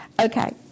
Okay